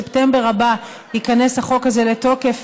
בספטמבר הבא ייכנס החוק הזה לתוקף,